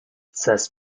says